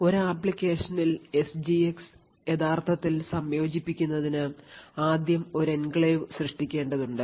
ഒരു അപ്ലിക്കേഷനിൽ എസ്ജിഎക്സ് യഥാർത്ഥത്തിൽ സംയോജിപ്പിക്കുന്നതിന് ആദ്യം ഒരു എൻക്ലേവ് സൃഷ്ടിക്കേണ്ടതുണ്ട്